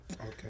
Okay